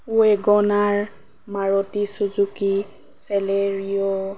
WagonR Maruti Suzuki Celerio